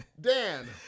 Dan